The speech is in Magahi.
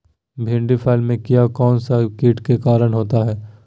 भिंडी फल में किया कौन सा किट के कारण होता है?